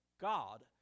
God